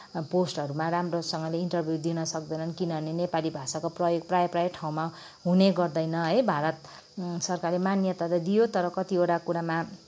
अब पोस्टहरूमा राम्रोसँगले इन्टरभ्यु दिनसक्दैनन् किनभने नेपाली भाषाको प्रयोग प्राय प्राय ठाउँमा हुने गर्दैन है भारत सरकारले मान्यता त दियो तर कतिवटा कुरामा